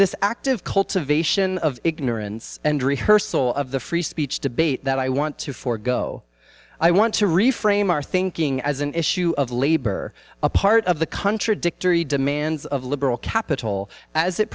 cultivation of ignorance and rehearsal of the free speech debate that i want to forgo i want to reframe our thinking as an issue of labor a part of the contradictory demands of liberal capital as it